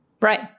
Right